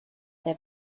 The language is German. der